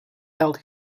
held